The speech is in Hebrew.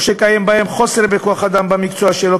או שקיים בהם חוסר בכוח-אדם במקצוע שלו,